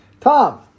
Tom